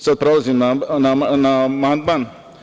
Sada prelazim na amandman.